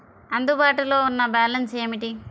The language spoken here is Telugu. అందుబాటులో ఉన్న బ్యాలన్స్ ఏమిటీ?